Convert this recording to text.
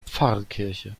pfarrkirche